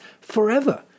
forever